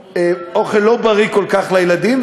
אוכל לא בריא כל כך לילדים,